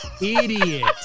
Idiot